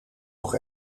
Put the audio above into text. nog